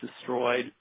destroyed